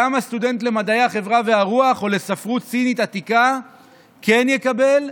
למה סטודנט למדעי החברה והרוח או לספרות סינית עתיקה כן יקבל,